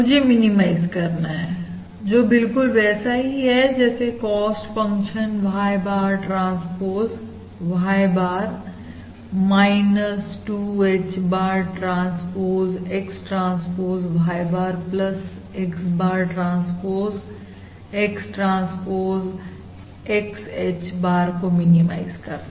मुझे मिनिमाइज करना है जो बिल्कुल वैसा ही है जैसे cost function Y bar transpose Y bar 2 H bar transpose X transpose Y bar X bar transpose X transpose XH bar को मिनिमाइज करना